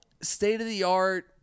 state-of-the-art